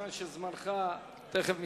כיוון שזמנך תיכף מסתיים.